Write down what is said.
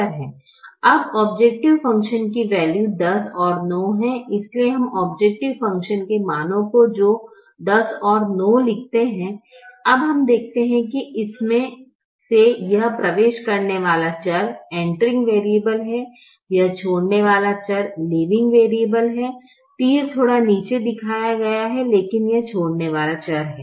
अब objective function की value 10 और 9 हैं इसलिए हम औब्जैकटिव फ़ंक्शन के मानों को जो 10 और 9 लिखते हैं अब हम देखते हैं कि इसमें से यह प्रवेश करने वाला चर है यह छोड़ने वाला चर है तीर थोड़ा नीचे दिखाया गया है लेकिन यह छोड़ने वाला चर है